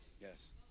Yes